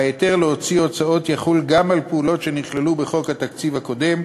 ההיתר להוציא הוצאות יחול גם על פעולות שנכללו בחוק התקציב הקודם,